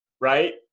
right